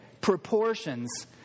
proportions